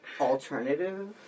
alternative